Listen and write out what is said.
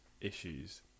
issues